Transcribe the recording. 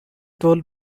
told